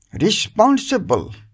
responsible